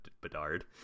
Bedard